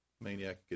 Maniac